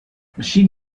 machine